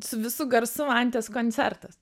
su visu garsu anties koncertas